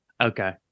okay